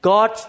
God